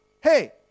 Hey